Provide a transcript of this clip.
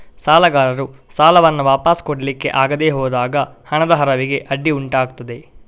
ಸಾಲಗಾರರು ಸಾಲವನ್ನ ವಾಪಸು ಕೊಡ್ಲಿಕ್ಕೆ ಆಗದೆ ಹೋದಾಗ ಹಣದ ಹರಿವಿಗೆ ಅಡ್ಡಿ ಉಂಟಾಗ್ತದೆ